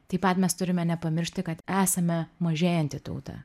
taip pat mes turime nepamiršti kad esame mažėjanti tauta